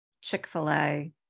Chick-fil-A